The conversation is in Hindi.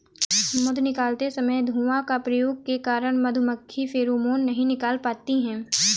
मधु निकालते समय धुआं का प्रयोग के कारण मधुमक्खी फेरोमोन नहीं निकाल पाती हैं